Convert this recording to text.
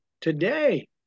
today